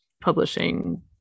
publishing